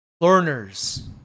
learners